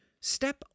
Step